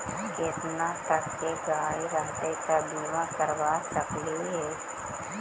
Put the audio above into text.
केतना तक के गाड़ी रहतै त बिमा करबा सकली हे?